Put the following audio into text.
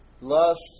lust